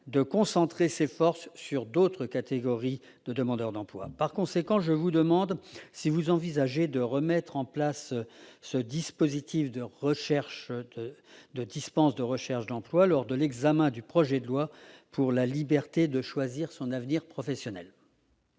de concentrer ses forces sur d'autres catégories de demandeurs d'emploi. Par conséquent, je demande au Gouvernement s'il envisage de remettre en place ce dispositif de dispense de recherche d'emploi lors de l'examen du projet de loi pour la liberté de choisir son avenir professionnel.